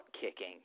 kicking